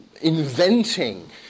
inventing